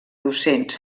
docents